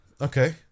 Okay